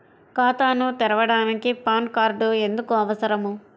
ఖాతాను తెరవడానికి PAN card ఎందుకు అవసరము?